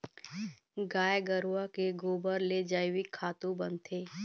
गाय गरूवा के गोबर ले जइविक खातू बनथे